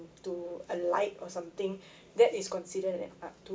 to a light or something that is considered an art too